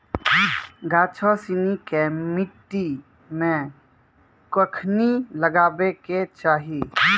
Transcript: गाछो सिनी के मट्टी मे कखनी लगाबै के चाहि?